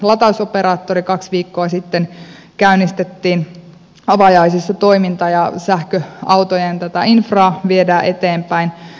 kaksi viikkoa sitten käynnistettiin avajaisissa toiminta ja sähköautojen infraa viedään eteenpäin